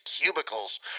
cubicles